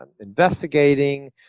investigating